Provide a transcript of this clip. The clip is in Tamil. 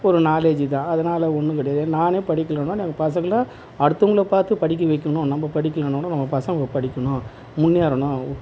ஒரு நாலேஜி தான் அதனால் ஒன்றும் கிடையாது நானே படிக்கலைனா நம்ம பசங்களை அடுத்தவங்களை பார்த்து படிக்க வைக்கணும் நம்ம படிக்கலைன்னா கூட நம்ம பசங்க படிக்கணும் முன்னேறனும்